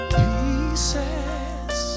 pieces